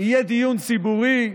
יהיה דיון ציבורי,